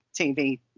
tv